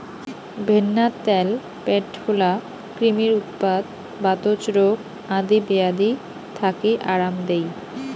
ভেন্নার ত্যাল প্যাট ফোলা, ক্রিমির উৎপাত, বাতজ রোগ আদি বেয়াধি থাকি আরাম দেই